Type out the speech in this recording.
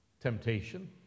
temptation